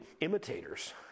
imitators